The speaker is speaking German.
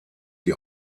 die